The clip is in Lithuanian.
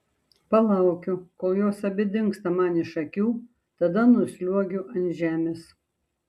palaukiu kol jos abi dingsta man iš akių tada nusliuogiu ant žemės